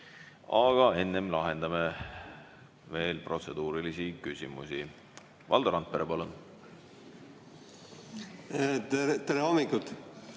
Aga enne lahendame veel protseduurilisi küsimusi. Valdo Randpere, palun! Tere hommikust!